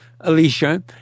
Alicia